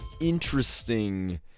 interesting